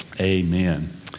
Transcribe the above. Amen